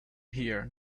here